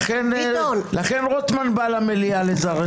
לכן רוטמן בא למליאה לזרז אותנו.